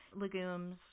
legumes